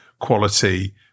quality